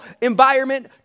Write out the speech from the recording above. environment